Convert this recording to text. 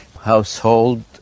household